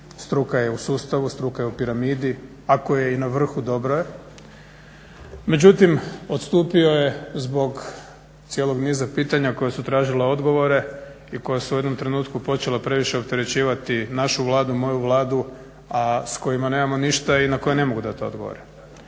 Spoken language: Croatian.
struka je u sustavu, struka je u piramidi, ako je i na vrhu dobro je. Međutim, odstupio je zbog cijelog niza pitanja koja su tražila odgovore i koja su u jednom trenutku počela previše opterećivati našu Vladu, moju Vladu a s kojima nemamo ništa i na koja ne mogu dati odgovore.